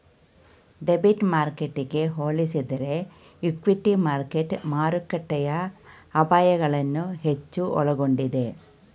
debit ಮಾರ್ಕೆಟ್ಗೆ ಹೋಲಿಸಿದರೆ equity market ಮಾರುಕಟ್ಟೆಯ ಅಪಾಯಗಳನ್ನು ಹೆಚ್ಚು ಒಳಗೊಂಡಿದೆ